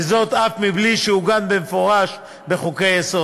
וזאת אף מבלי שעוגן במפורש בחוקי-היסוד.